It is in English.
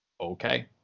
okay